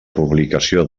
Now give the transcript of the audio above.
publicació